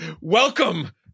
Welcome